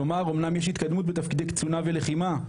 כלומר, אמנם יש התקדמות בתפקידי קצונה ולחימה,